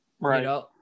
Right